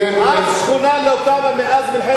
אף שכונה לא קמה מאז מלחמת ששת הימים.